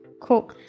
cool